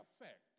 effect